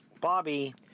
Bobby